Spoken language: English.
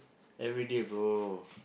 everyday bro